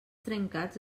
trencats